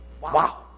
Wow